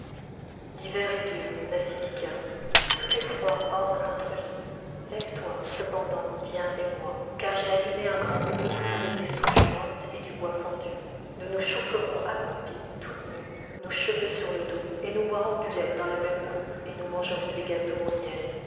l'hiver est dur mnasidika tout est froid hors notre lit lève-toi cependant viens avec moi car j'ai allumé un grand feu avec des souches mortes et du bois fendu nous nous chaufferons accroupies toutes nues nos cheveux sur le dos et nous boirons du lait dans la même coupe et nous mangerons des gâteaux au miel